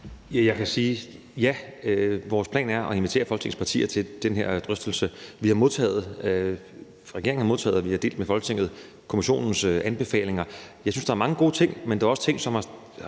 Jeg kan sige ja. Vores plan er at invitere Folketingets partier til den her drøftelse. Regeringen har modtaget og har delt med Folketinget kommissionens anbefalinger. Jeg synes, der er mange gode ting, men der er også ting, som har